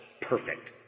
perfect